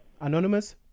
Anonymous